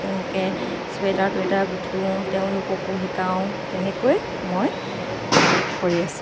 তেনেকে ছুৱেটাৰ টুৱেটাৰ গুঠো তেওঁলোককো শিকাওঁ তেনেকৈ মই কৰি আছোঁ